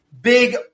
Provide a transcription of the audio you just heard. big